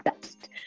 best